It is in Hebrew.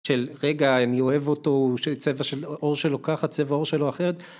של "רגע אני אוהב אותו, צבע של עור שלו ככה, צבע עור שלו אחרת..."